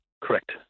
Correct